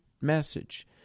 message